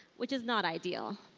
which is not ideal.